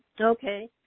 Okay